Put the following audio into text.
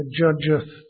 judgeth